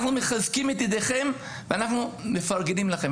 אנחנו מחזקים את ידכם ואנחנו מפרגנים לכם,